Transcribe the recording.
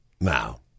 now